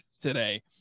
today